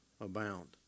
abound